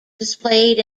displayed